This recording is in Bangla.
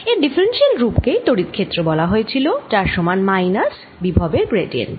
এর ডিফারেন্সিয়াল রুপ কেই তড়িৎ ক্ষেত্র বলা হয়েছিল যার সমান মাইনাস বিভবের গ্র্যাডিয়েন্ট